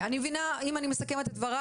אם אני מסכמת את דבריך,